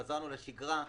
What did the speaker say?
חזרנו לשגרה,